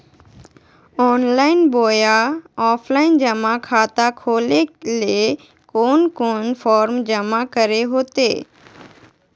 Online बोया offline जमा खाता खोले ले कोन कोन फॉर्म जमा करे होते?